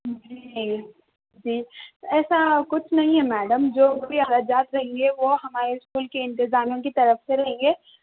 جی جی ایسا کچھ نہیں ہے میڈم جو بھی اخراجات رہیں گے وہ ہمارے اسکول کے انتظامیہ کی طرف سے رہیں گے